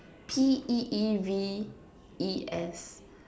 P_E_E_V_E_S